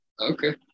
okay